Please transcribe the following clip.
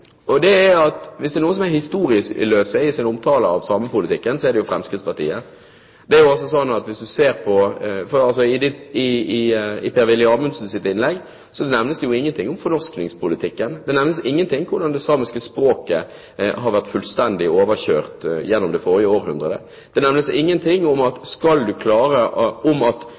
er viktig å si. Hvis det er noen som er historieløse i sin omtale av samepolitikken, er det jo Fremskrittspartiet. I Per-Willy Amundsens innlegg nevnes det ingenting om fornorskningspolitikken. Det nevnes ingenting om hvordan det samiske språket har vært fullstendig overkjørt gjennom det forrige århundret, det nevnes ingenting om at språk faktisk er veldig viktig. Både med tanke på identitet og som kulturbærer er det ekstremt viktig å sørge for å styrke språket. Det er ikke mulig å se forskjell på mennesker i Finnmark, om